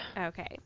Okay